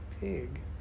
pig